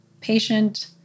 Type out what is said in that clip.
patient